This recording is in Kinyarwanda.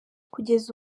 kugeza